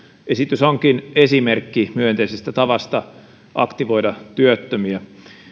esitys onkin esimerkki myönteisestä tavasta aktivoida työttömiä